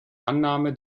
annahme